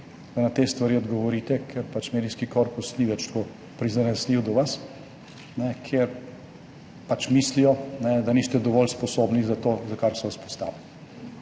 da na te stvari odgovorite, ker pač medijski korpus ni več tako prizanesljiv do vas, ker pač mislijo, da niste dovolj sposobni za to, za kar so vas postavili,